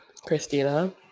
Christina